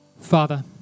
Father